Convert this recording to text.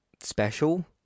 special